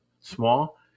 small